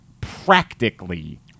practically